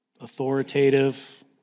authoritative